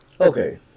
Okay